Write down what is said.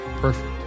perfect